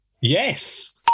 Yes